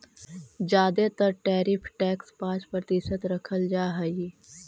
जादे तर tariff tax पाँच प्रतिशत रखल जा हई